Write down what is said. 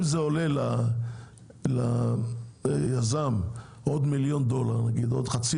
אם זה עולה ליזם עוד מיליון דולר או חצי